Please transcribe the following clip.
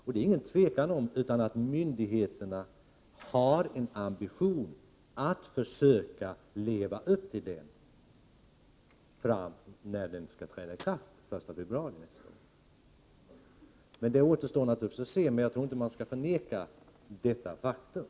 Det råder inga tvivel om att myndigheterna har en ambition att försöka leva upp till konventionens bestämmelser. Det återstår naturligtvis att se, men jag tror inte man skall förneka detta faktum.